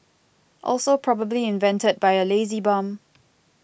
also probably invented by a lazy bum